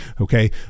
Okay